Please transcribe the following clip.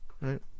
Right